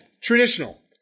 traditional